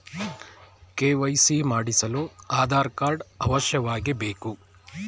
KYC ಮಾಡಿಸಲು Aadhaar card ಅವಶ್ಯವಾಗಿ ಬೇಕು